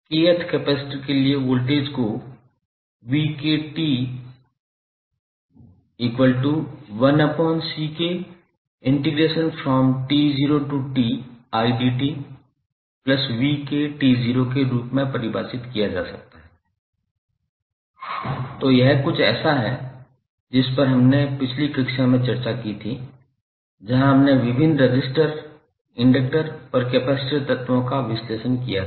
kth capacitor के लिए voltage को के रूप में परिभाषित किया जा सकता है तो यह कुछ ऐसा है जिस पर हमने पिछली कक्षा में चर्चा की थी जहाँ हमने विभिन्न रजिस्टर इंडक्टर और कैपेसिटर तत्वों का विश्लेषण किया था